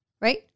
Right